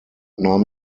nahm